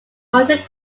martin